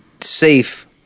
safe